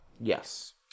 Yes